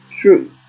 true